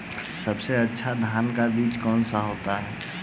सबसे अच्छा धान का बीज कौन सा होता है?